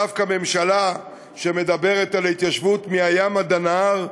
דווקא ממשלה שמדברת על ההתיישבות מהים עד הנהר,